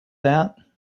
that